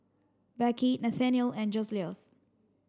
Becky Nathanial and Joseluis